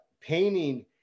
painting